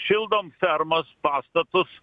šildom fermas pastatus